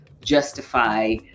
justify